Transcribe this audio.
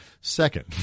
Second